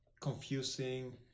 confusing